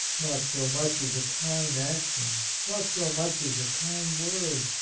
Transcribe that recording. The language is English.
not so much as a kind action, not so much as a kind word,